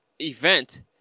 Event